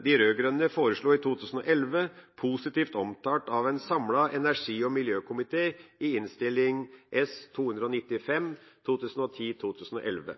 de rød-grønne foreslo i 2011, positivt omtalt av en samlet energi- og miljøkomité i Innst. 295 S for 2010–2011.